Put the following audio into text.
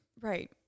Right